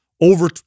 over